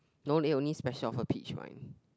no there is only special for peach wine